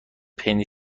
پنی